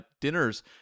dinners